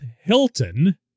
Hilton